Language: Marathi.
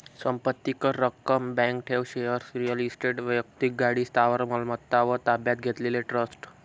संपत्ती कर, रक्कम, बँक ठेव, शेअर्स, रिअल इस्टेट, वैक्तिक गाडी, स्थावर मालमत्ता व ताब्यात घेतलेले ट्रस्ट